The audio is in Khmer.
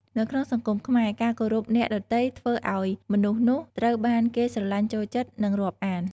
នៅក្នុងសង្គមខ្មែរ ការគោរពអ្នកដទៃធ្វើឲ្យមនុស្សនោះត្រូវបានគេស្រឡាញ់ចូលចិត្ត និងរាប់អាន។